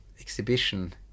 exhibition